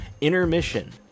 Intermission